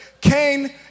Cain